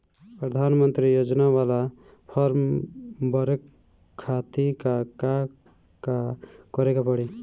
प्रधानमंत्री योजना बाला फर्म बड़े खाति का का करे के पड़ी?